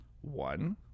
one